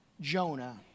Jonah